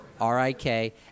R-I-K